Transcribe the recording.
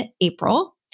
April